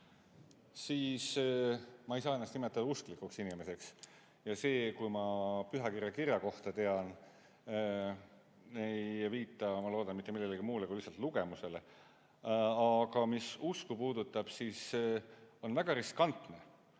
siis ma ei saa ennast nimetada usklikuks inimeseks ja see, kui ma pühakirja kirjakohta tean, ei viita, ma loodan, mitte millelegi muule kui lihtsalt lugemusele. Aga mis usku puudutab, siis on väga riskantne,